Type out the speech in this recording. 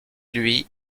lui